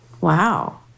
Wow